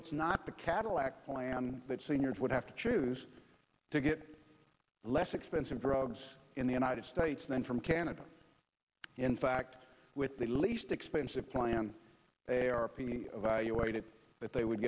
it's not the cadillac plan that seniors would have to choose to get less expensive drugs in the united states than from canada in fact with the least expensive plan they are plenty of valuated that they would